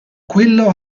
quello